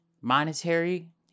monetary